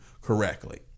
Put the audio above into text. correctly